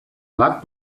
blat